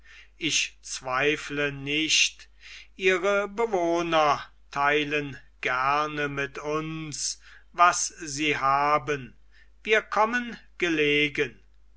ich zweifle nicht ihre bewohner teilen gerne mit uns was sie haben wir kommen gelegen